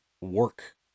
work